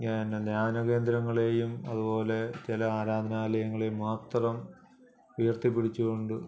ധ്യാനകേന്ദ്രങ്ങളെയും അതുപോലെ ചില ആരാധനാലയങ്ങളെ മാത്രം ഉയർത്തിപ്പിടിച്ചുകൊണ്ട്